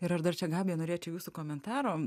ir aš dar čia gabija norėčiau jūsų komentaro